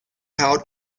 how